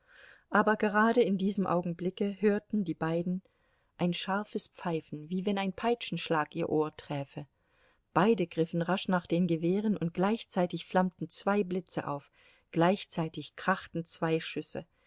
aber gerade in diesem augenblicke hörten die beiden ein scharfes pfeifen wie wenn ein peitschenschlag ihr ohr träfe beide griffen rasch nach den gewehren und gleichzeitig flammten zwei blitze auf gleichzeitig krachten zwei schüsse